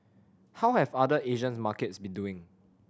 how have other Asian's markets been doing